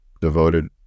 devoted